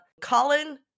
Colin